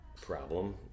problem